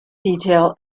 detail